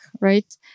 right